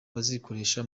bazikoresha